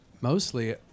mostly